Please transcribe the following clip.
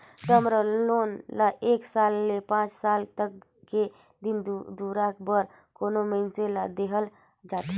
term loan ल एक साल ले पांच साल तक के दिन दुरा बर कोनो मइनसे ल देहल जाथे